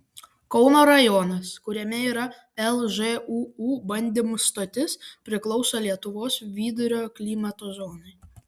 kauno rajonas kuriame yra lžūu bandymų stotis priklauso lietuvos vidurio klimato zonai